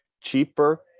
cheaper